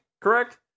Correct